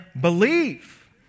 believe